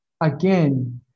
again